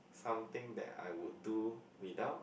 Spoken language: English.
something that I would do without